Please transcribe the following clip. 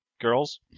girls